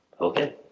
Okay